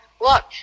look